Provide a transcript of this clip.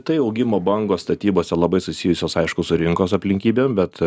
tai augimo bangos statybose labai susijusios aišku su rinkos aplinkybėm bet